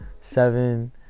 seven